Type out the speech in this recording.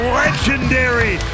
legendary